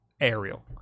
aerial